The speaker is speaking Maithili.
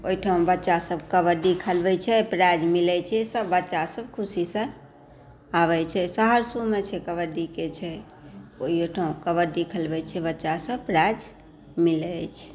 ओहिठाम बच्चासभ कबड्डी खेलबै छै प्राइज़ मिलै छै सभ बच्चासभ ख़ुशीसॅं आबै छै सहरसोमे छै कबड्डीके छै ओहियोठाम कबड्डी खेलबै छै बच्चासभ प्राइज़ मिलै अछि